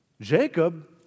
Jacob